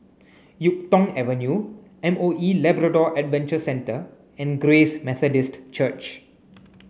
Yuk Tong Avenue M O E Labrador Adventure Centre and Grace Methodist Church